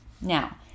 Now